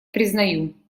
признаю